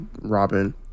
Robin